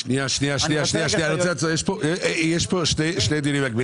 יש פה שני דיונים במקביל.